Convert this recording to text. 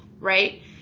right